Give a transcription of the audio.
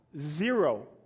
zero